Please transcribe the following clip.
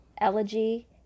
elegy